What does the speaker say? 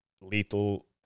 lethal